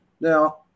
Now